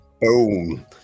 Boom